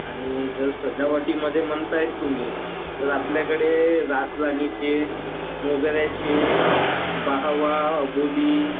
आणि जर सजावटीमध्ये म्हणता आहे तुम्ही तर आपल्याकडे रातराणीचे मोगऱ्याचे बहावा अबोली